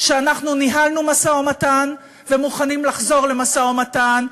שאנחנו ניהלנו משא-ומתן ומוכנים לחזור למשא-ומתן,